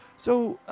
so, ah,